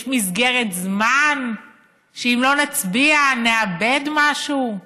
יש מסגרת זמן שאם לא נצביע, נאבד משהו?